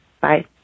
Bye